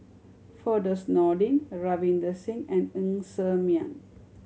Firdaus Nordin Ravinder Singh and Ng Ser Miang